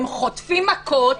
הם חוטפים מכות,